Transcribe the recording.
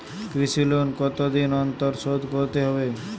কৃষি লোন কতদিন অন্তর শোধ করতে হবে?